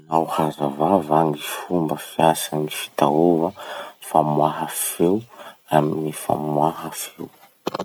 Azonao hazavà va gny fomba fiasan'ny fitaova famoaha feo amy gny famoaha feo?